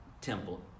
temple